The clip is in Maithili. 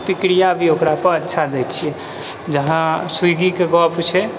प्रतिक्रिया भी ओकरापर अच्छा दै छियै जहाँ स्विगी के गप होइ छै